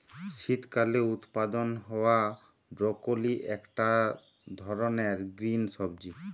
শীতকালে উৎপাদন হায়া ব্রকোলি একটা ধরণের গ্রিন সবজি